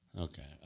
Okay